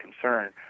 concern